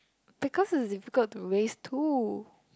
because it's difficult to raise two